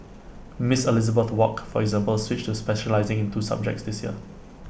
miss Elizabeth wok for example switched to specialising in two subjects this year